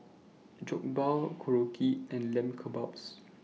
Jokbal Korokke and Lamb Kebabs